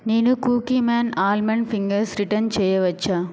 నేను Cookieman almond fingers return చేయవచ్చా